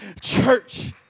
church